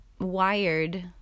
wired